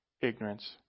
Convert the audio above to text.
ignorance